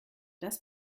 das